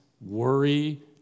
worry